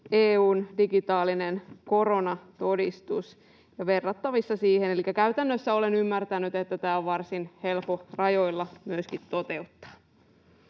EU:n digitaalinen koronatodistus, ja on verrattavissa siihen. Olen ymmärtänyt, että tämä on käytännössä varsin helppo rajoilla myöskin toteuttaa.